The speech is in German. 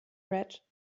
red